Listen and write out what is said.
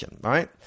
right